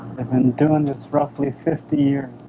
they've been doing this roughly fifty years